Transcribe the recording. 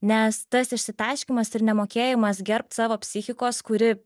nes tas išsitaškymas ir nemokėjimas gerbt savo psichikos kuri